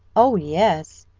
oh, yes,